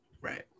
Right